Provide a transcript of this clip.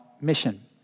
mission